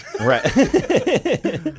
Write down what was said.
Right